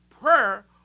prayer